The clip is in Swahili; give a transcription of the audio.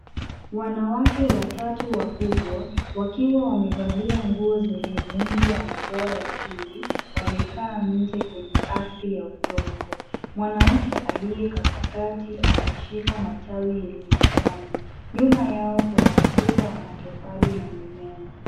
Wanawake watatu wakubwa wakiwa wamevalia nguo zenye muundo wa madoa ya chui wamekaa nje kwenye ardhi ya udongo. Mwanamke aliye katikati ameshika matawi yenye majani. Nyuma yao kuna ukuta wa matofali na mimea.